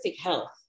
health